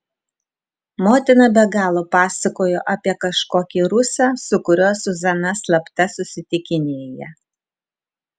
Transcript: motina be galo pasakojo apie kažkokį rusą su kuriuo zuzana slapta susitikinėja